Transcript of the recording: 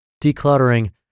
decluttering